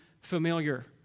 familiar